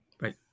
Right